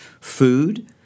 food